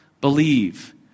believe